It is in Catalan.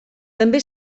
també